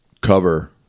cover